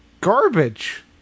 garbage